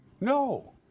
No